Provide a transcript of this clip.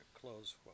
Close